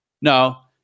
No